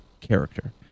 character